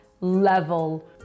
level